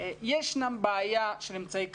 ישנה בעיה של אמצעי קצה.